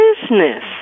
business